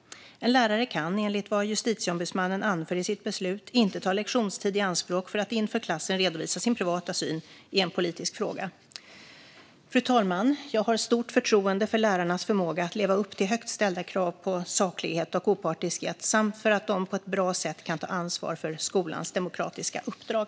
En lärare kan, enligt vad Justitieombudsmannen anför i sitt beslut, inte ta lektionstid i anspråk för att inför klassen redovisa sin privata syn i en politisk fråga. Fru talman! Jag har stort förtroende för lärarnas förmåga att leva upp till högt ställda krav på saklighet och opartiskhet samt för att de på ett bra sätt kan ta ansvar för skolans demokratiska uppdrag.